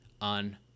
on